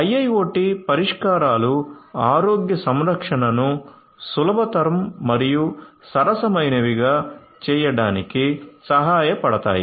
IIoT పరిష్కారాలు ఆరోగ్య సంరక్షణను సులభతరం మరియు సరసమైనవిగా చేయడానికి సహాయపడతాయి